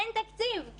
אין תקציב.